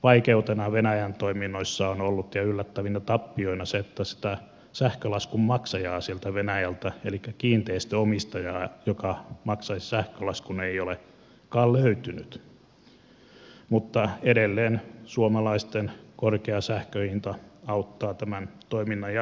vaikeutena venäjän toiminnoissa ja yllättävinä tappioina on ollut se että sieltä venäjältä sitä sähkölaskun maksajaa elikkä kiinteistönomistajaa joka maksaisi sähkölaskun ei olekaan löytynyt mutta edelleen suomalaisten korkea sähkönhinta auttaa tämän toiminnan jatkamisessa